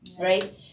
right